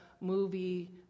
movie